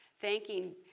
Thanking